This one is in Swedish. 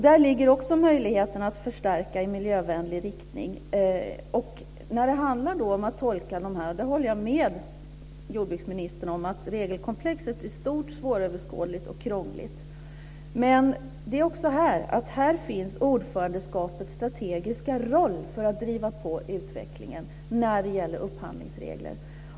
Där ligger också möjligheten att förstärka i miljövänlig riktning. När det gäller att tolka detta håller jag med jordbruksministern om att regelkomplexet är stort, svåröverskådligt och krångligt. Men här har ordförandeskapet en strategisk roll för att driva på utvecklingen av upphandlingsreglerna.